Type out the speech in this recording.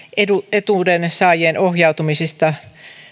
etuudensaajien ohjautumista